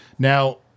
Now